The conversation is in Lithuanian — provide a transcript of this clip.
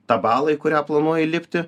tą balą į kurią planuoji įlipti